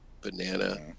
banana